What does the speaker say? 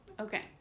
okay